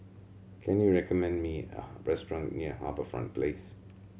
can you recommend me a restaurant near HarbourFront Place